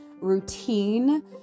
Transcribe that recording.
routine